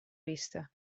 vista